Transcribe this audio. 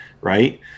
right